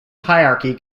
hierarchy